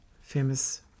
famous